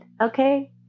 Okay